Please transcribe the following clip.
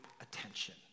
attention